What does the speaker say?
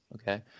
Okay